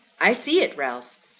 i see it, ralph!